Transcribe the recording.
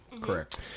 Correct